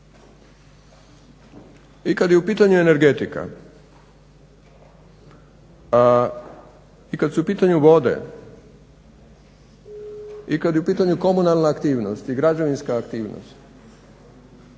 i kada je u pitanju energetika i kada su u pitanju vode i kada je u pitanju komunalna aktivnost i građevinska aktivnost,